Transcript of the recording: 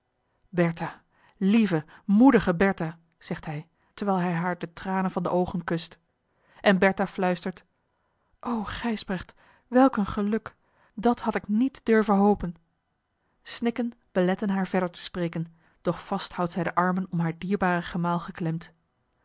lieve moedige bertha zegt hij terwijl hij haar de tranen van de oogen kust en bertha fluistert o gijsbrecht welk een geluk dat had ik niet durven hopen snikken beletten haar verder te spreken doch vast houdt zij de armen om haar dierbaren gemaal geklemd